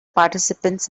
participants